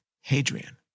Hadrian